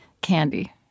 candy